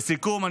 בעזרת השם.